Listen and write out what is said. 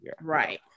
Right